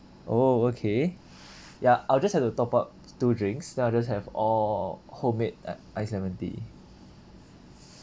oh okay ya I'll just have to top up two drinks then I'll just have all homemade uh ice lemon tea